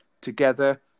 together